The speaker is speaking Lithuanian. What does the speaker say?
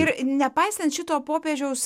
ir nepaisant šito popiežiaus